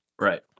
Right